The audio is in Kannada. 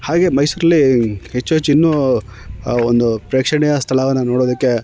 ಹಾಗೆ ಮೈಸೂರಲ್ಲಿ ಹೆಚ್ಚು ಹೆಚ್ಚು ಇನ್ನೂ ಒಂದು ಪ್ರೇಕ್ಷಣೀಯ ಸ್ಥಳವನ್ನು ನೋಡೋದಕ್ಕೆ